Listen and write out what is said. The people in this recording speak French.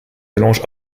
mélange